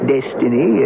destiny